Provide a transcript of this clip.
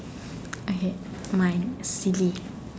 okay mine silly